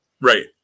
right